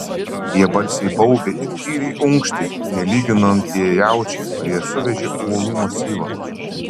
jie balsiai baubė ir tyliai unkštė nelyginant tie jaučiai kurie suvežė uolų masyvą